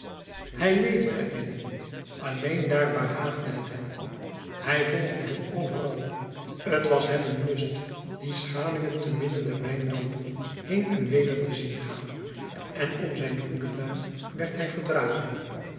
hij leefde er in alleen daar behaagde het hem hij volgde hen overal t was hem een lust die schaduwen te midden der wijndampen heen en weder te zien gaan en om zijn goede luim werd hij verdragen